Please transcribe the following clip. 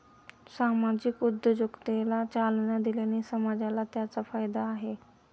सामाजिक उद्योजकतेला चालना दिल्याने समाजाला त्याचा फायदा आहे